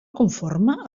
conforme